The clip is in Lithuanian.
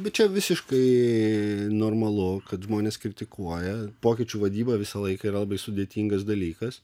bet čia visiškai normalu kad žmonės kritikuoja pokyčių vadyba visą laiką yra labai sudėtingas dalykas